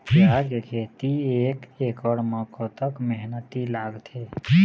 प्याज के खेती एक एकड़ म कतक मेहनती लागथे?